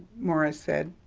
morris said.